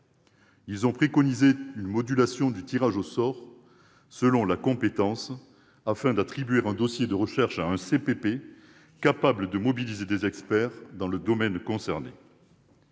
ils ont préconisé une modulation du tirage au sort selon la compétence afin d'attribuer un dossier de recherche à un CPP capable de mobiliser des experts dans le domaine concerné.